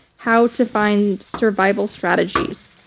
how to find survival strategies.